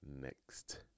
next